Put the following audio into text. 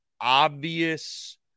obvious